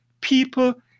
people